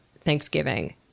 Thanksgiving